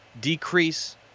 decrease